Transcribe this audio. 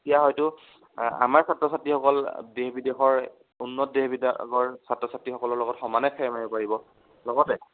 এতিয়া হয়তো আমাৰ ছাত্ৰ ছাত্ৰীসকল দেশ বিদেশৰ উন্নত দেশবিদেশৰ ছাত্ৰ ছাত্ৰীসকলৰ লগত সমানে ফেৰ মাৰিব পাৰিব লগতে